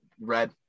Red